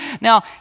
Now